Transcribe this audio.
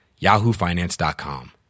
yahoofinance.com